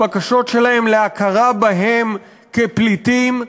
הבקשות שלהם להכרה בהם כפליטים,